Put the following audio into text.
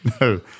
No